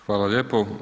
Hvala lijepo.